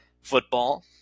football